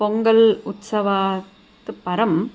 पोङ्गल् उत्सवात् परम्